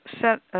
set